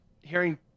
hearing